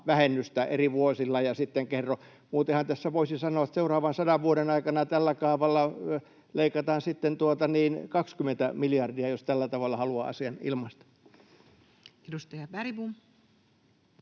vähennystä eri vuosilla ja sitten kerro. Muutenhan tässä voisi sanoa, että seuraavan 100 vuoden aikana tällä kaavalla leikataan sitten 20 miljardia, jos tällä tavalla haluaa asian ilmaista. [Speech 140]